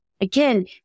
again